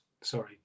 Sorry